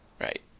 Right